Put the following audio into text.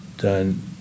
Done